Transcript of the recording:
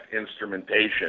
instrumentation